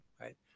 right